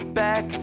back